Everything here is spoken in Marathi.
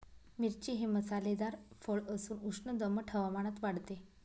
मिरची हे मसालेदार फळ असून उष्ण दमट हवामानात वाढते